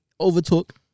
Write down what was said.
overtook